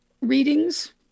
readings